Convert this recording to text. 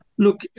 Look